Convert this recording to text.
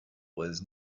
was